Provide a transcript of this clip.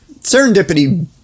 Serendipity